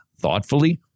thoughtfully